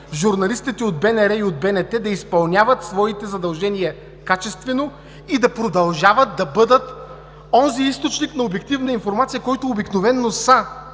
журналистите от БНР и БНТ да изпълняват своите задължения качествено и да продължават да бъдат онзи източник на обективна информация, който обикновено са.